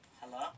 Hello